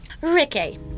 Ricky